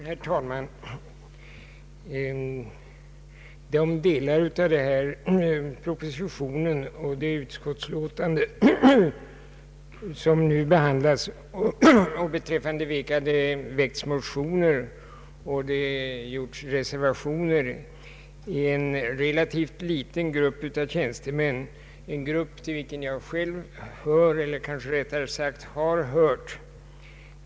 Herr talman! De delar av den proposition och det utskottsutlåtande som nu behandlas beträffande vilka det har väckts motioner och avgivits reservationer berör en relativt liten grupp av tjänstemän, en grupp till vilken jag själv har hört.